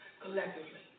collectively